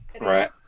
Right